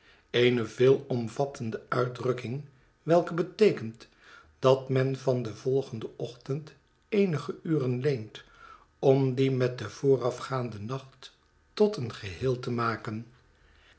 eene veelomvattende uitdrukking welke beteekent dat men van den volgenden ochtend eenige uren leent om die met den voorafgaanden nacht tot een geheel te maken